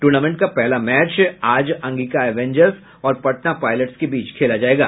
tournament का पहल match Angika Avengers और पटना पाइलट्स के बीच खेला जायेगा